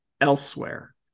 elsewhere